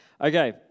Okay